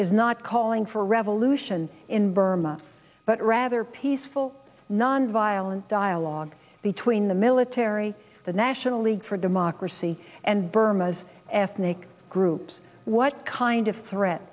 is not calling for revolution in burma but rather peaceful nonviolent dialogue between the military the national league for democracy and burma as ethnic groups what kind of threat